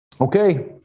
Okay